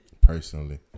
Personally